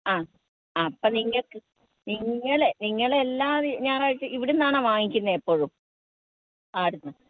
ആ ആ അപ്പം നിങ്ങൾക്ക് നിങ്ങളെ നിങ്ങളെല്ലാ ഞായറാഴ്ച്ച ഇവിടുന്നാണോ വാങ്ങിക്കുന്നത് എപ്പോഴും ആടുന്ന്